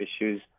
issues